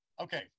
Okay